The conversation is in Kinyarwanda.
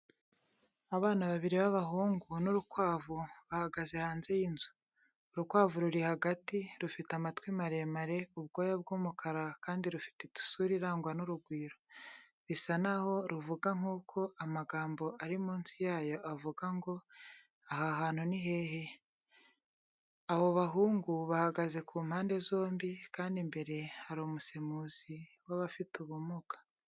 Abana babiri b'abahungu n'urukwavu, bahagaze hanze y'inzu. Urukwavu ruri hagati, rufite amatwi maremare, ubwoya bw'umukara kandi rufite isura irangwa n'urugwiro. Bisa naho ruvuga, nk'uko amagambo ari munsi yayo avuga ngo: "Aha hantu ni hehe?" Abo bahungu bahagaze ku mpande zombi, kandi imbere hari umusemuzi w'abafite ubumuga.